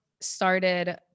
started